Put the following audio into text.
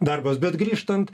darbas bet grįžtant